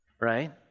right